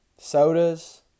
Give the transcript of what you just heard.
sodas